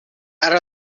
out